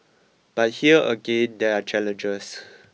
but here again there are challenges